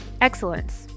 excellence